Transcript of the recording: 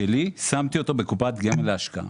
שלי שמתי אותו בקופת גמל להשקעה.